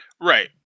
Right